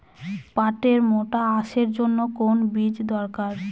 পাটের মোটা আঁশের জন্য কোন বীজ দরকার?